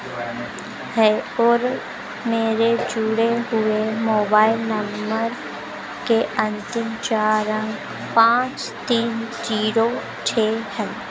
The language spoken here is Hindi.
है और मेरे जुड़े हुए मोबाइल नंबर के अंतिम चार अंक पाँच तीन जीरो छः हैं